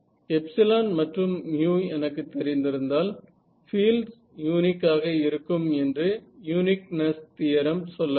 epsilon மற்றும் μ எனக்கு தெரிந்திருந்தால் பீல்ட்ஸ் யூனிக் ஆக இருக்கும் என்று யூனிக்னெஸ் தியரம் சொல்லவில்லை